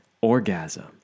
orgasm